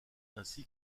ainsi